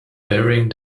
bearing